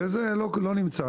וזה לא נמצא,